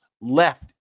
left